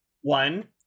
one